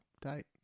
Date